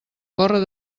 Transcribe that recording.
córrer